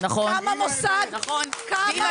כמה